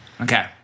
Okay